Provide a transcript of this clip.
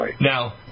Now